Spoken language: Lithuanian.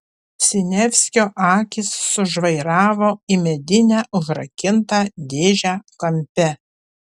siniavskio akys sužvairavo į medinę užrakintą dėžę kampe